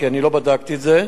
כי אני לא בדקתי את זה,